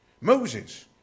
Moses